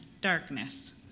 darkness